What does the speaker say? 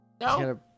No